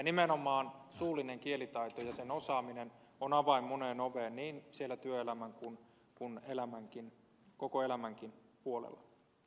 nimenomaan suullinen kielitaito ja sen osaaminen on avain moneen oveen niin siellä työelämän kuin koko elämänkin puolella